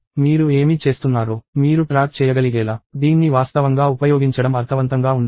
మీరు ఏమి చేస్తున్నారో మీరు ట్రాక్ చేయగలిగేలా దీన్ని వాస్తవంగా ఉపయోగించడం అర్థవంతంగా ఉండవచ్చు